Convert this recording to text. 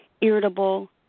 irritable